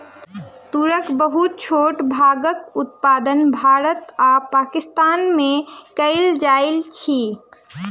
तूरक बहुत छोट भागक उत्पादन भारत आ पाकिस्तान में कएल जाइत अछि